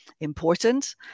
important